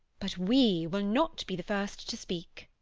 but we will not be the first to speak.